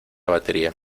batería